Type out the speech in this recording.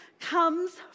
comes